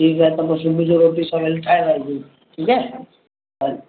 ठीकु आहे त पो जी रोटी सवेलु ठाही रखजो